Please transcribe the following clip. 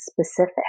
specific